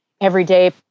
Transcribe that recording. everyday